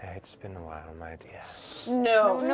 it's been a while, my dear. you know